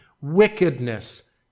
wickedness